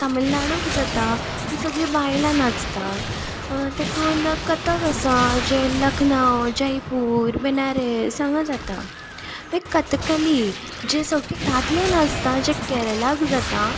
तमिलनाडूक जाता तीं सगलीं बायलां नाचता तेतून कथक आसा जें लखनव जयपूर बनारस हांगा जाता मागीर कथकली जी सगले दादले नाचतात जे केरलाक जाता